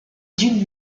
d’une